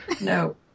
No